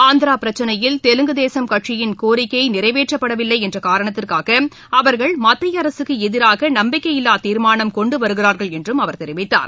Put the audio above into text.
ஆந்திரா பிரச்சினையில் தெலுங்கு தேசம் கட்சியின் கோரிக்கை நிறைவேற்றப்படவில்லை என்ற காரணத்திற்காக அவர்கள் மத்திய அரசுக்கு எதிராக நம்பிக்கையில்லா தீர்மானம் கொண்டு வருகிறார்கள் என்றும் அவர் கெரிவித்தார்